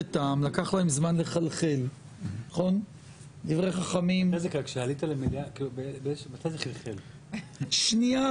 11:50.